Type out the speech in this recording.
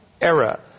era